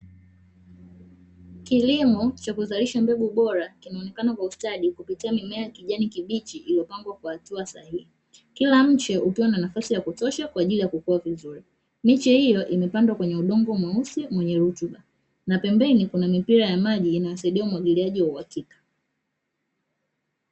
Kilimo cha kuzalisha mbegu bora kinaonekana kwa ustadi kupitia mimea ya kijani kibichi iliyopangwa kwa hatua sahihi, kila mche ukiwa na nafasi ya kutosha kwa ajili ya kukua vizuri. Miche hiyo imepandwa kwenye udongo mweusi wenye rutuba, na pembeni kuna mipira ya maji inayosaidia umwagiliaji wa uhakika.